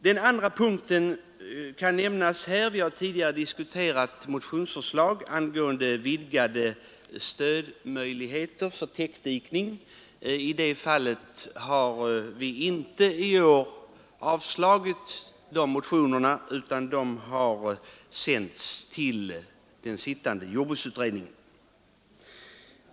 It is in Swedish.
Den andra punkten som jag vill beröra gäller vidgade stödmöjligheter för täckdikning. Vi har tidigare diskuterat motionsförslag i denna riktning. Motionerna har i år inte avstyrkts utan har sänts över till den sittande jordbruksutredningen.